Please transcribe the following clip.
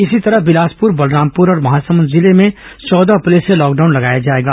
इसी तरह बिलासपुर बलरामपुर और महासमुंद जिले में चौदह अप्रैल से लॉकडाउन लगाया जाएगा